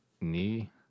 knee